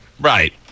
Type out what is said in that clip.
Right